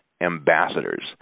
ambassadors